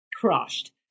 crushed